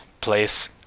place